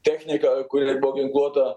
technika kuri buvo ginkluota